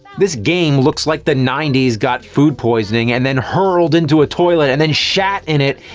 this game looks like the ninety s got food poisoning, and then hurled into a toilet, and then shat in it,